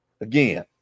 again